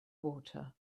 water